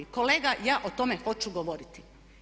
Kolega, ja o tome hoću govoriti.